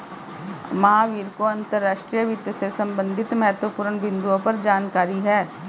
महावीर को अंतर्राष्ट्रीय वित्त से संबंधित महत्वपूर्ण बिन्दुओं पर जानकारी है